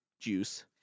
juice